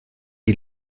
die